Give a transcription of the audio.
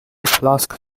flask